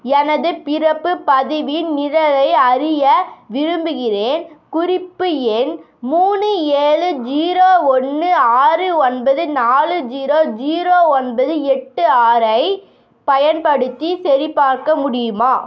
எனது பிறப்பு பதிவின் நிழலை அறிய விரும்புகிறேன் குறிப்பு எண் மூணு ஏழு ஜீரோ ஒன்று ஆறு ஒன்பது நாலு ஜீரோ ஜீரோ ஒன்பது எட்டு ஆறை பயன்படுத்தி சரிபார்க்க முடியுமா